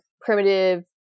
primitive